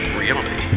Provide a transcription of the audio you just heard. reality